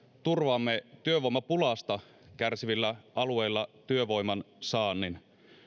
turvaamme työvoimapulasta kärsivillä alueilla työvoiman saannin